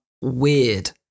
weird